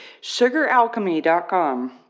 SugarAlchemy.com